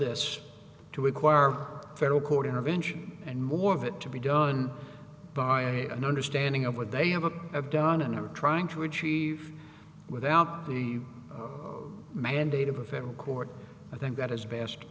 this to require federal court intervention and more of it to be done by an understanding of what they have a of done and are trying to achieve without the mandate of a federal court i think that is best